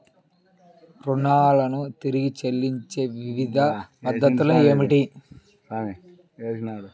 రుణాలను తిరిగి చెల్లించే వివిధ పద్ధతులు ఏమిటి?